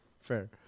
Fair